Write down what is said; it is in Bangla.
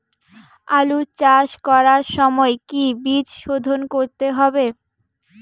আলু চাষ করার সময় কি বীজ শোধন করতে হবে?